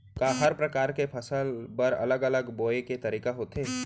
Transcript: का हर प्रकार के फसल बर अलग अलग बोये के तरीका होथे?